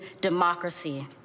democracy